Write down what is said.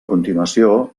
continuació